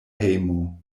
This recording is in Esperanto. hejmo